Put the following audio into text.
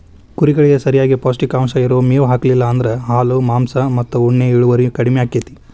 ಕುರಿಗಳಿಗೆ ಸರಿಯಾಗಿ ಪೌಷ್ಟಿಕಾಂಶ ಇರೋ ಮೇವ್ ಹಾಕ್ಲಿಲ್ಲ ಅಂದ್ರ ಹಾಲು ಮಾಂಸ ಮತ್ತ ಉಣ್ಣೆ ಇಳುವರಿ ಕಡಿಮಿ ಆಕ್ಕೆತಿ